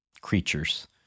creatures